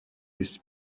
this